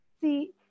See